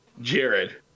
Jared